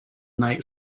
knight